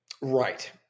Right